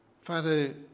Father